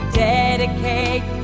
dedicate